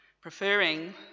preferring